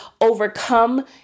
overcome